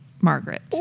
Margaret